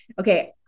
okay